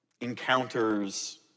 Encounters